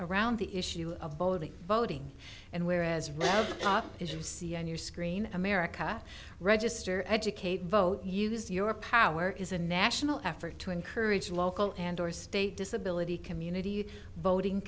around the issue of voting voting and where as right now as you see on your screen america register educate vote use your power is a national effort to encourage local and or state disability community voting